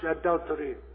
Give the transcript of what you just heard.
adultery